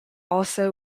also